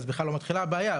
אז בכלל לא מתחילה הבעיה.